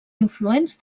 influents